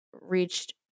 reached